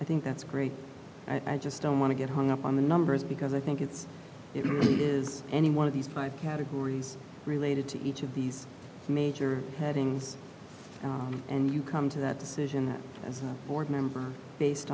i think that's great i just don't want to get hung up on the numbers because i think it's it is any one of these five categories related to each of these major headings and you come to that decision that as a board member based